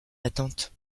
attente